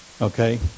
Okay